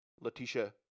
Letitia